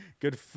Good